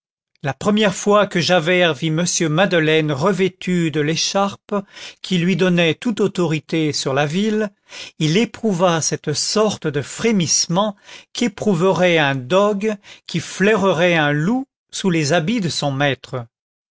la première fois que javert vit m madeleine revêtu de l'écharpe qui lui donnait toute autorité sur la ville il éprouva cette sorte de frémissement qu'éprouverait un dogue qui flairerait un loup sous les habits de son maître